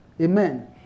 Amen